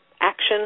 action